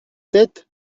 tête